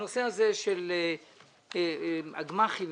אני מבקש רגע להגיד שהנושא של הגמ"חים,